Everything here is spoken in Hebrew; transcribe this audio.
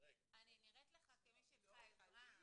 אני נראית לך כמי שצריכה עזרה?